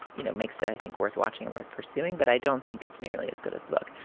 you know, makes it, i think, worth watching and worth pursuing. but i don't think it's nearly as good as the book.